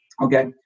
Okay